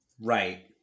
Right